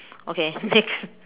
okay next